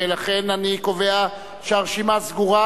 לכן אני קובע שהרשימה סגורה,